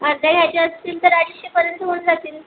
अर्ध्या घ्यायच्या असतील तर अडीचशेपर्यंत होऊन जातील